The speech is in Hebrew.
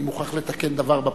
אני מוכרח לתקן דבר בפרוטוקול.